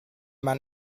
mann